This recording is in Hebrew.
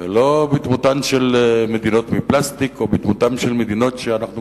ולא בדמותן של מדינות מפלסטיק או בדמותן של מדינות שאנחנו